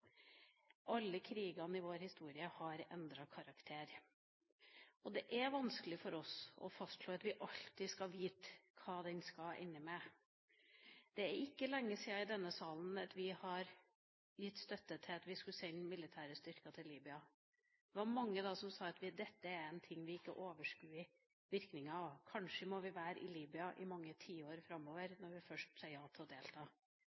Alle krigene i vår historie har endret karakter. Det er vanskelig for oss å fastslå at vi alltid skal vite hva den skal ende med. Det er ikke lenge siden vi ga støtte i denne salen til å sende militære styrker til Libya. Det var mange som da sa at dette er noe vi ikke overskuer virkningene av – kanskje må vi være i Libya i mange tiår framover når vi først har sagt ja til å delta.